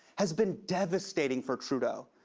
has been devastating for trudeau,